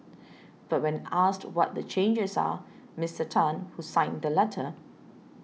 but when asked what the changes are Mister Tan who signed the letter